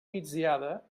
migdiada